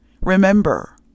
Remember